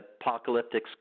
apocalyptic